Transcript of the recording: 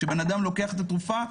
כשבן אדם לוקח את התרופה,